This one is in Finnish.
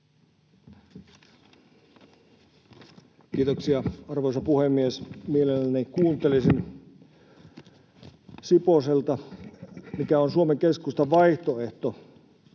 Kiitoksia, arvoisa puhemies! Mielelläni kuuntelisin Siposelta, mikä on Suomen Keskustan vaihtoehto